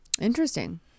Interesting